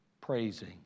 praising